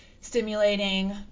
stimulating